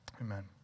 Amen